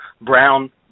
Brown